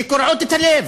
שקורעות את הלב.